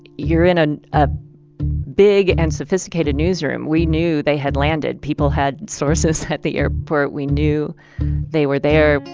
you're in a ah big and sophisticated newsroom. we knew they had landed. people had sources at the airport. we knew they were there.